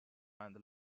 and